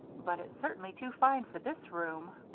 but it's certainly too fine for this room.